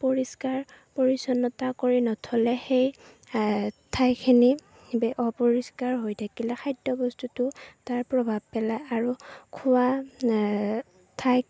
পৰিষ্কাৰ পৰিছন্নতা কৰি নথ'লে সেই ঠাইখিনি অপৰিষ্কাৰ হৈ থাকিলে খাদ্যবস্তুটো তাৰ প্ৰভাৱ পেলায় আৰু খোৱা ঠাইত